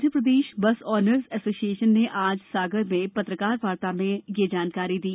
Madhya Pradesh bus owners association ने आज सागर में पत्रकार वार्ता में यह जानकारी दी